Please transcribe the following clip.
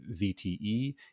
VTE